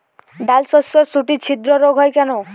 ডালশস্যর শুটি ছিদ্র রোগ হয় কেন?